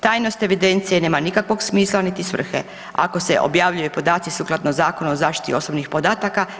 Tajnost evidencije nema nikakvog smisla niti svrhe, ako se objavljuju podaci sukladno Zakonu o zaštiti osobnih podataka.